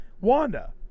Wanda